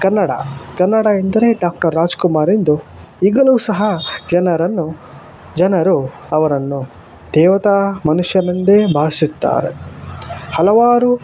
ಕನ್ನಡ ಕನ್ನಡ ಎಂದರೆ ಡಾಕ್ಟರ್ ರಾಜ್ಕುಮಾರ್ ಎಂದು ಈಗಲೂ ಸಹ ಜನರನ್ನು ಜನರು ಅವರನ್ನು ದೇವತಾ ಮನುಷ್ಯನೆಂದೇ ಭಾವಿಸುತ್ತಾರೆ ಹಲವಾರು